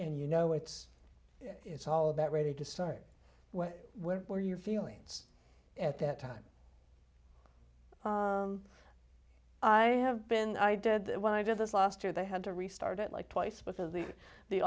and you know it's it's all about ready to start where were your feelings at that time i have been i did that when i did this last year they had to restart it like twice both of the the